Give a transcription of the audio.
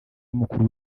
y’umukuru